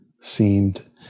seemed